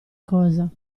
cosa